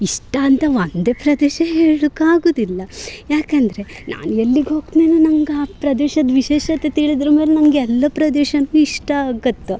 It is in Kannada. ಇಷ್ಟ ಅಂತ ಒಂದೇ ಪ್ರದೇಶ ಹೇಳೋಕಾಗುದಿಲ್ಲ ಯಾಕಂದರೆ ನಾನು ಎಲ್ಲಿಗೆ ಹೊಗ್ತೇನೊ ನಂಗೆ ಆ ಪ್ರದೇಶದ ವಿಶೇಷತೆ ತಿಳ್ದ್ರ ಮೇಲೆ ನನಗೆಲ್ಲಾ ಪ್ರದೇಶವೂ ಇಷ್ಟ ಆಗುತ್ತೆ